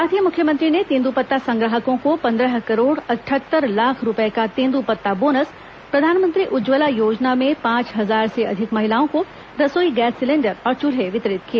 साथ ही मुख्यमंत्री ने तेंद्रपत्ता संग्राहकों को पन्द्रह करोड़ अठहत्तर लाख रूपए का तेंद्रपत्ता बोनस प्रधानमंत्री उज्ज्वला योजना में पांच हजार से अधिक महिलाओं को रसोई गैस सिलेण्डर और चूल्हे वितरित किए